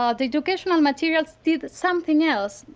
um the educational and materials did something else,